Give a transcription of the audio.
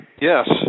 yes